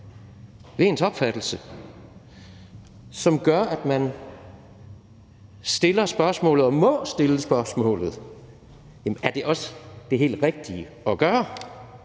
ved ens opfattelse, og som gør, at man stiller spørgsmålet og må stille spørgsmålet, om det også er det helt rigtige at gøre